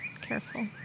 careful